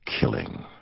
killing